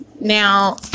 Now